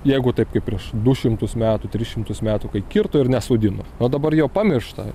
jeigu taip kaip prieš du šimtus metų tris šimtus metų kai kirto ir nesodino o dabar jau pamiršta